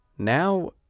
Now